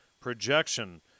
projection